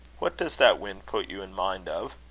what does that wind put you in mind of?